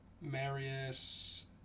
Marius